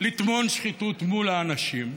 לטמון שחיתות מול האנשים.